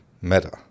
Meta